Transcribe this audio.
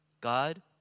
God